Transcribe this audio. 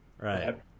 Right